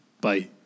bye